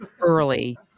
early